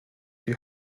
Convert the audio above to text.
die